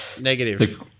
Negative